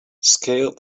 scaled